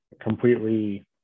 completely